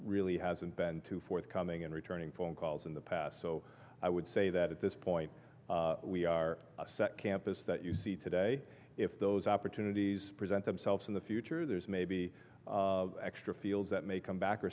really hasn't been too forthcoming in returning phone calls in the past so i would say that at this point we are a set campus that you see today if those opportunities present themselves in the future there's may be extra fields that may come back or